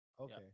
Okay